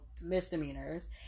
misdemeanors